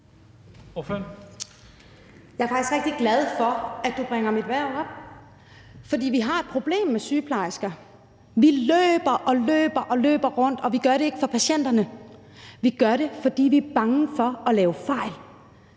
Jeg er faktisk rigtig glad for, at du bringer mit erhverv op, for vi har et problem med sygeplejersker. Vi løber og løber og løber rundt, og vi gør det ikke for patienterne; vi gør det, fordi vi er bange for at lave fejl